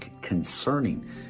concerning